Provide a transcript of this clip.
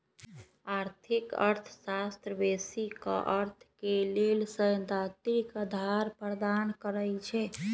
आर्थिक अर्थशास्त्र बेशी क अर्थ के लेल सैद्धांतिक अधार प्रदान करई छै